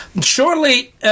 shortly